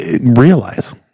realize